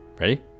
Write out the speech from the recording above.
Ready